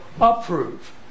approve